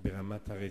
במקרי הרצח.